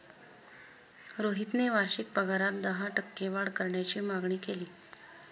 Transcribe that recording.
रोहितने वार्षिक पगारात दहा टक्के वाढ करण्याची मागणी केली